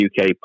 UK